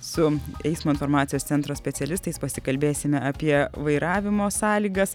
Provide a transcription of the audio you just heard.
su eismo informacijos centro specialistais pasikalbėsime apie vairavimo sąlygas